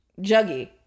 juggy